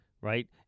Right